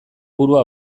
burua